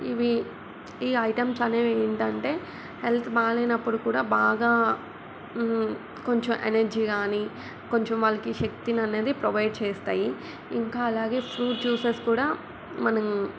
ఇవి ఈ ఐటెమ్స్ అనేవి ఏంటంటే హెల్త్ బాగాలేనప్పుడు కూడా బాగా కొంచెం ఎనర్జీ కానీ కొంచెం వాళ్ళకి శక్తిని అనేది ప్రొవైడ్ చేస్తాయి ఇంకా అలాగే ఫ్రూట్ జ్యూసెస్ కూడా మనం